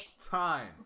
time